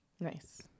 Nice